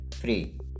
free